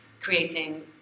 creating